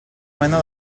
mena